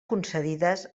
concedides